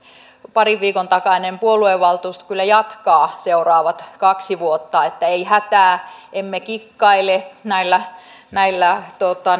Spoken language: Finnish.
parin viikon takainen puoluevaltuusto kyllä jatkaa seuraavat kaksi vuotta että ei hätää emme kikkaile näillä näillä